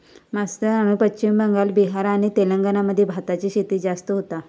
मास्तरानू पश्चिम बंगाल, बिहार आणि तेलंगणा मध्ये भाताची शेती जास्त होता